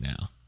now